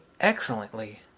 excellently